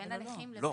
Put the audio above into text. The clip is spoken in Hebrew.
שבין הנכים --- לא.